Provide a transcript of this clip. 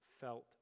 felt